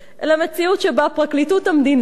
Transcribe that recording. אלא מציאות שבה פרקליטות המדינה,